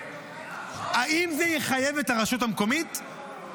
האם זה יחייב את הרשות המקומית?